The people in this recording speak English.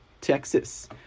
Texas